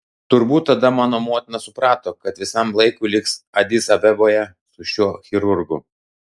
turbūt tada mano motina suprato kad visam laikui liks adis abeboje su šiuo chirurgu